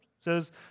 says